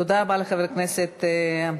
תודה רבה לחבר הכנסת אייכלר.